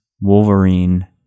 Wolverine